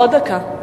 עוד דקה.